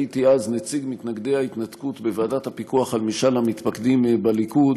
הייתי אז נציג מתנגדי ההתנתקות בוועדת הפיקוח על משאל המתפקדים בליכוד,